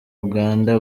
uganda